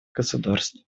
государств